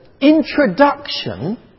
introduction